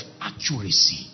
accuracy